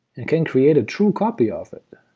and can create a true copy of it,